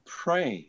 pray